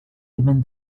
even